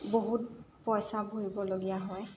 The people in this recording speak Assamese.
বহুত পইচা ভৰিবলগীয়া হয়